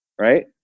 right